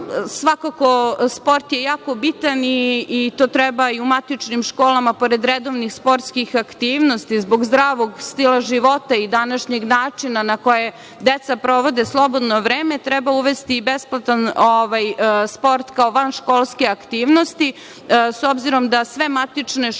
svakako sport je jako bitan i to treba i u matičnim školama pored redovnih sportskih aktivnosti, zbog zdravog stila života i današnjeg načina na koje deca provode slobodno vreme, treba uvesti i besplatan sport kao vanškolske aktivnosti, s obzirom da sve matične škole,